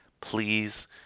please